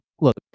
look